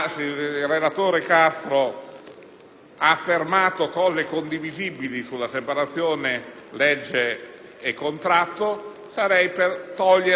affermazioni condivisibili sulla separazione tra legge e contratto, sarei per togliere ogni dubbio. Sarebbe anche un segno